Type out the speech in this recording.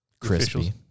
Crispy